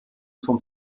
vom